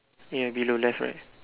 ya below left right